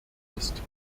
ist